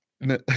No